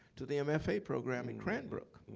to the mfa program in cranbrook.